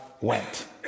went